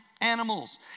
animals